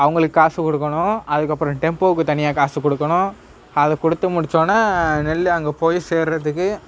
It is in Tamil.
அவங்களுக்கு காசு கொடுக்கோணும் அதுக்கப்புறம் டெம்போவுக்கு தனியாக காசு கொடுக்கணும் அதை கொடுத்து முடித்தோன்ன நெல் அங்கே போய் சேர்கிறதுக்கு